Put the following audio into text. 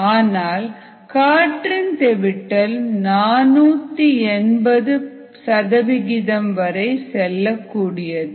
ஆனால் காற்றின் தெவிட்டல் 480 வரை செல்லக்கூடியது